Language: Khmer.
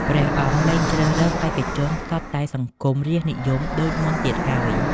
ព្រះអង្គលែងជ្រើសរើសបេក្ខជនសុទ្ធតែសង្គមរាស្ត្រនិយមដូចមុនទៀតហើយ។